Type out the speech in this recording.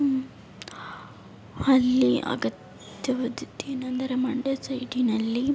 ಅಲ್ಲಿ ಅಗತ್ಯವಾದದ್ದೇನೆಂದರೆ ಮಂಡ್ಯ ಸೈಡಿನಲ್ಲಿ